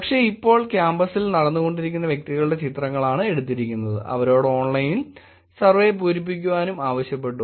പക്ഷെ ഇപ്പോൾ ക്യാമ്പസ്സിൽ നടന്നുകൊണ്ടിരിക്കുന്ന വ്യക്തികളുടെ ചിത്രങ്ങളാണ് എടുത്തിരിക്കുന്നത് അവരോട് ഓൺലൈൻ സർവ്വേ പൂരിപ്പിക്കുവാനും ആവശ്യപ്പെട്ടു